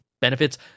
benefits